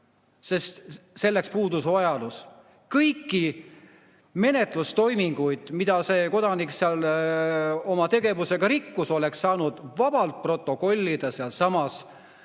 sest selleks puudus vajadus. Kõiki menetlustoiminguid, mida see kodanik seal oma tegevusega rikkus, oleks saanud vabalt protokollida sealsamas